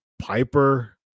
piper